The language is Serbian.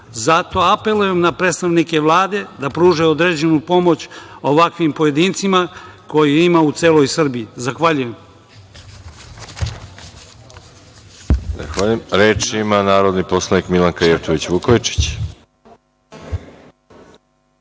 apelujem na predstavnike Vlade da pruže određenu pomoć ovakvim pojedincima kojih ima u celoj Srbiji. Zahvaljujem.